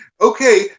Okay